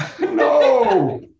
No